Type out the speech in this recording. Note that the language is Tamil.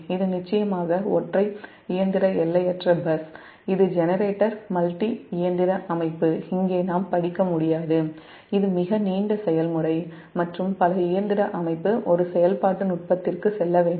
இது நிச்சயமாக ஒற்றை இயந்திர எல்லையற்ற பஸ் இது ஜெனரேட்டர் மல்டி இயந்திர அமைப்பு இங்கே நாம் படிக்க முடியாது இது மிக நீண்ட செயல்முறை மற்றும் பல இயந்திர அமைப்பு ஒரு செயல்பாட்டு நுட்பத்திற்கு செல்ல வேண்டும்